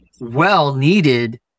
well-needed